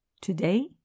Today